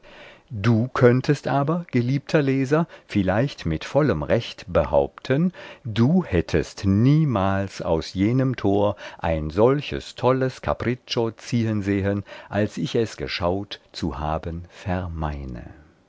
du könntest aber geliebter leser vielleicht mit vollem recht behaupten du hättest niemals aus jenem tor ein solches tolles capriccio ziehen sehen als ich es geschaut zu haben